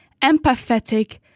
Empathetic